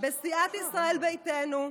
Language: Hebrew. בסיעת ישראל ביתנו,